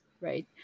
right